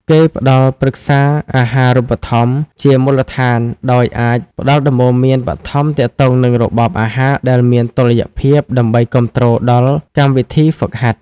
គេផ្ដល់ប្រឹក្សាអាហារូបត្ថម្ភ ជាមូលដ្ឋាន ដោយអាចផ្ដល់ដំបូន្មានបឋមទាក់ទងនឹងរបបអាហារដែលមានតុល្យភាព ដើម្បីគាំទ្រដល់កម្មវិធីហ្វឹកហាត់។